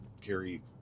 carry